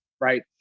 right